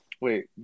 Wait